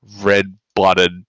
red-blooded